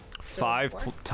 Five